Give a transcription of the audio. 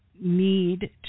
need